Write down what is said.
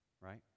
right